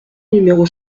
numéro